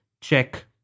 check